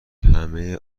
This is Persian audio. همه